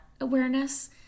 awareness